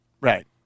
Right